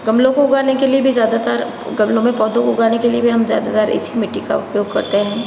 गमलों को उगाने के लिए भी ज़्यादातर गमलों में पौधे को उगाने के लिए भी ज़्यादातर हम इसी मिट्टी का उपयोग करते हैं